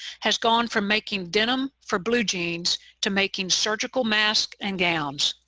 has gone from making denim for blue jeans to making surgical masks and gowns.